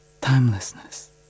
timelessness